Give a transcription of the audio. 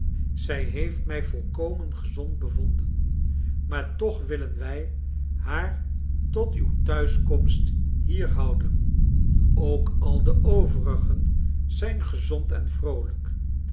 zij heeft mij volkomen gezond bevonden maar toch willen wij haar tot uw thuiskomst hier houden ook al de overigen zijn gezond en vroolijk